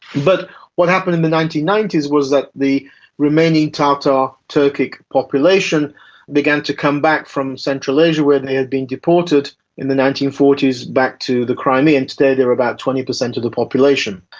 but what happened in the nineteen ninety s was that the remaining tartar turkic population began to come back from central asia where they had been deported in the nineteen forty s back to the crimea, and today they are about twenty percent of the population.